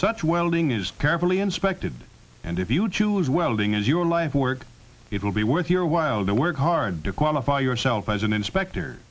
such welding is carefully inspected and if you choose welding as your life work it will be worth your while to work hard to qualify yourself as an inspector